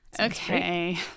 Okay